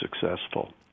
successful